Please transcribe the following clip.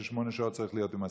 ששמונה שעות צריך להיות עם מסכה.